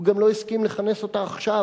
הוא גם לא הסכים לכנס אותה עכשיו,